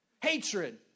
hatred